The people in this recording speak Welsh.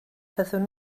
fyddwn